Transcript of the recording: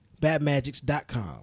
Badmagics.com